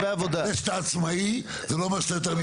לא לא, זה שאתה עצמאי, לא אומר שאתה יותר מצטיין.